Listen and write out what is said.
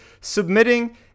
submitting